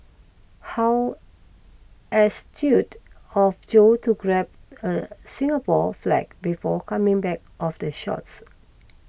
how astute of Joe to grab a Singapore flag before coming back of the shots